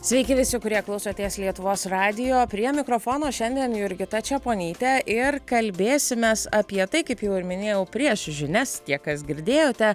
sveiki visi kurie klausotės lietuvos radijo prie mikrofono šiandien jurgita čeponytė ir kalbėsimės apie tai kaip jau ir minėjau prieš žinias tie kas girdėjote